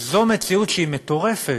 זו מציאות מטורפת,